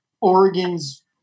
Oregon's